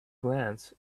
glance